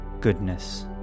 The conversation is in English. goodness